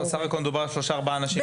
בסך הכול מדובר על שלושה-ארבעה אנשים.